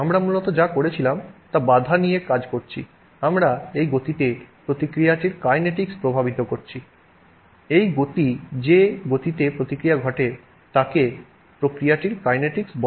আমরা মূলত যা করছিলাম তা বাধা নিয়ে কাজ করছি আমরা এই গতিতে প্রতিক্রিয়াটির কাইনেটিকসকে প্রভাবিত করছি এই গতি যে গতিতে প্রতিক্রিয়া ঘটে তাকে প্রতিক্রিয়াটির কাইনেটিকস বলে